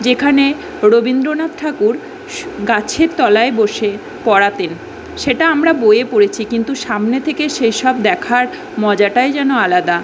যেখানে রবীন্দ্রনাথ ঠাকুর গাছের তলায় বসে পড়াতেন সেটা আমরা বইয়ে পড়েছি কিন্তু সামনে থেকে সেসব দেখার মজাটাই যেন আলাদা